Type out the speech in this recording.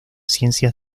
ciencias